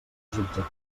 objectius